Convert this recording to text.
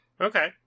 Okay